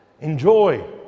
Enjoy